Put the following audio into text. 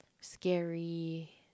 scary